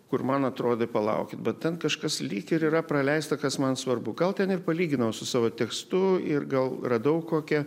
kur man atrodė palaukit bet ten kažkas lyg ir yra praleista kas man svarbu gal ten ir palyginau su savo tekstu ir gal radau kokią